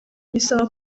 bisaba